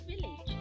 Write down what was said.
village